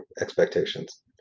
expectations